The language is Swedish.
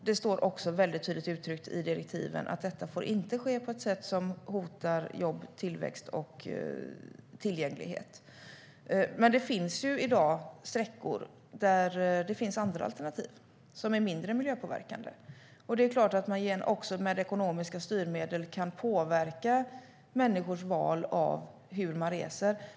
Det står också tydligt uttryckt i direktiven att detta inte får ske på ett sätt som hotar jobb, tillväxt och tillgänglighet. Det finns i dag sträckor där det finns andra alternativ som är mindre miljöpåverkande. Det är klart att det också med ekonomiska styrmedel går att påverka människors val av hur de reser.